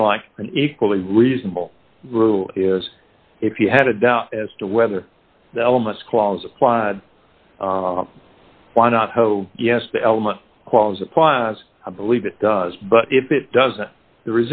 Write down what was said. me like an equally reasonable rule is if you had a doubt as to whether the elements clause applied why not yes the element qualls applies i believe it does but if it doesn't the